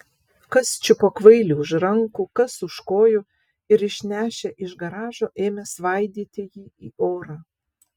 kas čiupo kvailį už rankų kas už kojų ir išnešę iš garažo ėmė svaidyti jį į orą